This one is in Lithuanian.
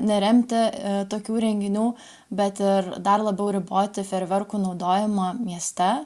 neremti tokių renginių bet ir dar labiau riboti ferverkų naudojimą mieste